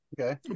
Okay